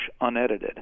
unedited